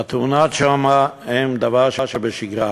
והתאונות שם הן דבר שבשגרה.